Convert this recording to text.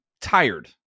tired